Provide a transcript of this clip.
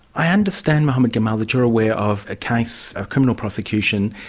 i understand, muhammad gamal, that you're aware of a case, a criminal prosecution,